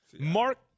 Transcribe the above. Mark